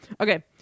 Okay